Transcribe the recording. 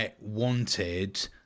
wanted